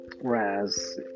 whereas